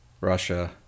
Russia